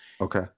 Okay